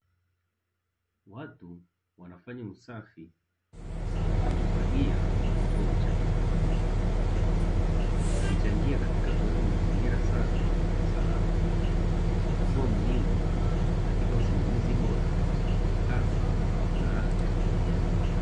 Watu wanafanya usafi kwa kufagia na kuzoa uchafu. Wakichangia katika kuweka mazingira safi na salama, hatua muhimu katika usimamizi bora wa taka na afya ya kijamii.